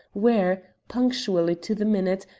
where, punctually to the minute,